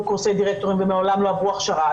קורסי דירקטורים ומעולם לא עברו הכשרה,